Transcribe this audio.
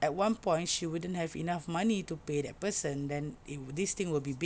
at one point she wouldn't have enough money to pay that person and then this thing would be big